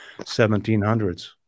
1700s